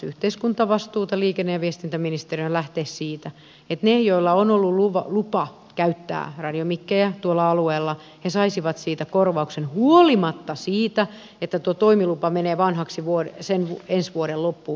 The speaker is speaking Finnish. liikenne ja viestintäministeriöhän lähtee siitä että ne joilla on ollut lupa käyttää radiomikkejä tuolla alueella saisivat siitä korvauksen huolimatta siitä että tuo toimilupa menee vanhaksi ensi vuoden loppuun mennessä